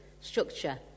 structure